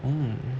mm